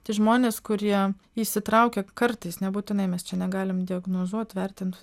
tai žmonės kurie įsitraukia kartais nebūtinai mes čia negalim diagnozuot vertint